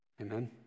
Amen